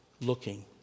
looking